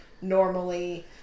normally